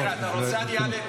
אם אתה רוצה, אני אעלה.